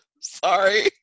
Sorry